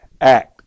Act